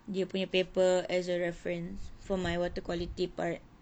dia punya paper as a reference for my water quality part